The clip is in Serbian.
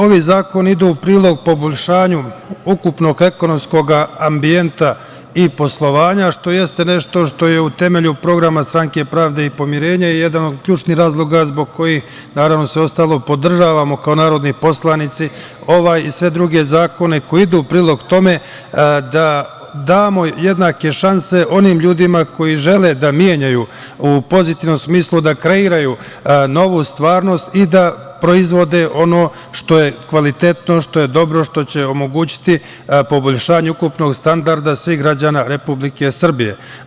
Ovi zakoni idu u prilog poboljšanju ukupnog ekonomskog ambijenta i poslovanja, što jeste nešto što je u temelju programa Stranke pravde i pomirenja i jedan od ključnih razloga zbog kojih, naravno, sve ostalo podržavamo kao narodni poslanici ovaj i sve druge zakone koji idu u prilog tome da damo jednake šanse onim ljudima koji žele da menjaju, u pozitivnom smislu da kreiraju novu stvarnost i da proizvode ono što je kvalitetno, što je dobro, što će omogućiti poboljšanje ukupnog standarda svih građana Republike Srbije.